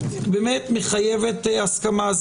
אם משרד הבריאות יודע לפתור את זה